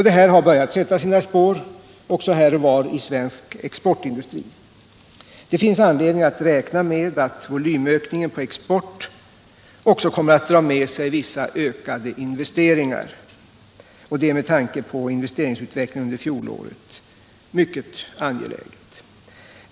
Detta har börjat sätta sina spår också här och var i svensk exportindustri. Det finns anledning att räkna med att volymökningen när det gäller exporten drar med sig vissa ökade investeringar. Detta är med tanke på investeringsutvecklingen under fjolåret mycket angeläget.